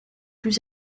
plus